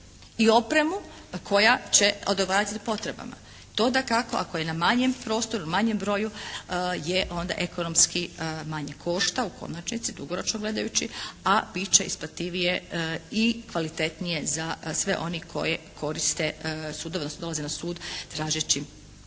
i opremu koja će odgovarati potrebama. To dakako ako je na manjem prostoru, manjem broju onda ekonomski manje košta u konačnici dugoročno gledajući, a bit će isplativije i kvalitetnije za sve one koji koriste sudove, odnosno dolaze na sud tražeći